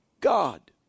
God